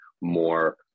more